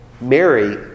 Mary